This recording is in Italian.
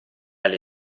alle